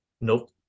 Nope